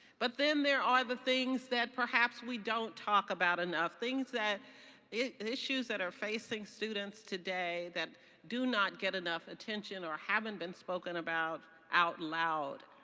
but then there are the things that perhaps we don't talk about enough, things that issues that are facing students today that do not get enough attention or haven't been spoken about out loud.